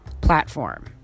platform